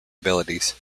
abilities